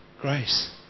grace